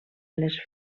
les